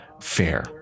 fair